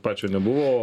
pačio nebuvo